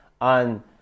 on